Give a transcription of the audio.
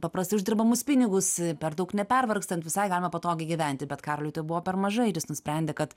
paprastai uždirbamus pinigus per daug nepervargstant visai galima patogiai gyventi bet karoliui tai buvo per mažai ir jis nusprendė kad